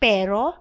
Pero